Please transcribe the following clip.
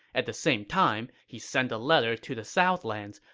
at the same time, he sent a letter to the southlands,